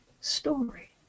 story